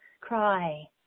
Cry